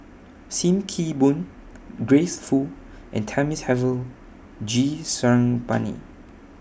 SIM Kee Boon Grace Fu and Thamizhavel G Sarangapani